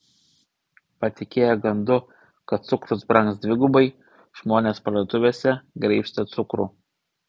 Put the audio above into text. patikėję gandu kad cukrus brangs dvigubai žmonės parduotuvėse graibstė cukrų